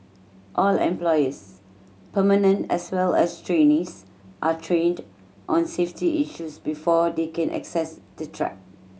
all employees permanent as well as trainees are trained on safety issues before they can access the track